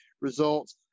results